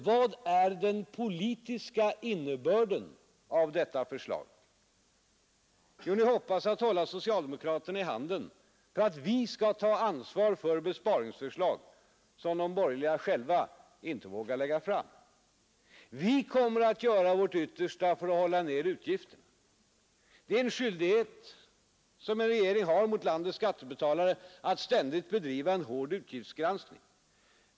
Vad är den politiska innebörden av detta förslag? Jo, ni hoppas få hålla socialdemokraterna i handen för att vi skall ta ansvar för besparingsförslag som de borgerliga själva inte vågar lägga fram. Vi kommer att göra vårt yttersta för att hålla ned utgifterna. Det är en skyldighet som en regering har mot landets skattebetalare att ständigt bedriva en hård utgiftsgranskning.